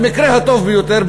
במקרה הטוב ביותר,